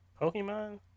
Pokemon